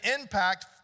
impact